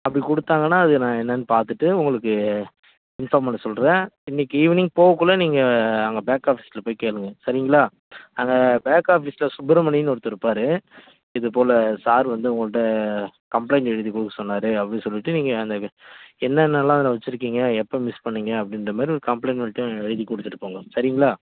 அப்படி கொடுத்தாங்கனா அது நான் என்னென்ன பார்த்துட்டு உங்களுக்கு இன்ஃபார்ம் பண்ணச் சொல்கிறேன் இன்றைக்கி ஈவினிங் போகக்குள்ள நீங்கள் அங்கே பேக் ஆஃபீஸ்சில் போய் கேளுங்க சரிங்களா அங்கே பேக் ஆஃபீஸ்சில் சுப்பிரமணின்னு ஒருத்தர் இருப்பார் இதுபோல் சார் வந்து உங்கள்கிட்ட கம்ப்ளைண்ட் எழுதி கொடுக்க சொன்னார் அப்படி சொல்லிவிட்டு நீங்கள் அந்த வே என்னென்னலாம் அதில் வெச்சுருக்கீங்க எப்போ மிஸ் பண்ணீங்க அப்படின்ற மாரி ஒரு கம்ப்ளைண்ட் மட்டும் எழுதி கொடுத்துட்டுப் போங்க சரிங்களா